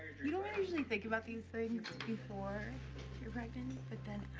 you don't really usually think about these things before you're pregnant, but then